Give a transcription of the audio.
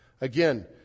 again